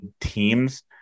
teams